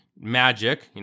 Magic